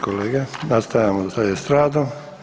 kolege, nastavljamo dalje s radom.